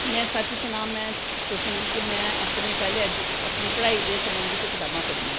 में सच सनां में तुसेंगी ते में अपनें पैह्लें में अपनी पढ़ाई दे संबधी गै कताबां पढ़ियां